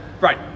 right